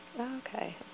Okay